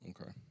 Okay